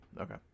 Okay